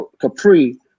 Capri